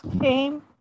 came